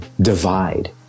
divide